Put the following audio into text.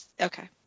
Okay